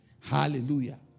Hallelujah